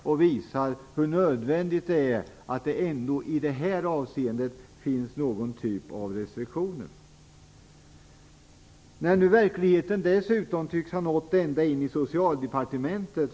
Det visar hur nödvändigt det är att det ändå i detta avseende finns någon typ av restriktioner. Verkligheten tycks dessutom ha nått ända in i Socialdepartementet.